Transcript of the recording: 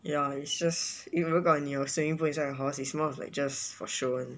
ya it's just 如果你有 swimming pool inside your house is more of like just for show [one]